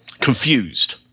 confused